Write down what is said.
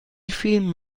film